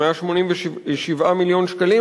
187 מיליון שקלים,